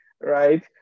right